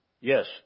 Yes